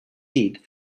heat